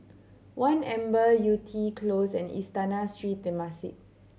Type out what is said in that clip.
One Amber Yew Tee Close and Istana Sri Temasek